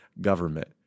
government